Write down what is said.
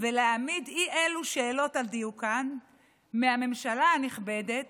ולהעמיד אי אלו שאלות על דיוקן מהממשלה הנכבדת